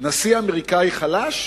נשיא אמריקני חלש?